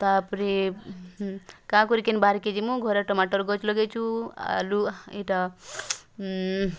ତାପରେ ଘରେ ଟମାଟର୍ ଗଛ୍ ଲଗେଇଛୁଁ ଆଲୁ